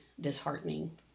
disheartening